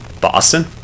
Boston